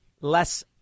less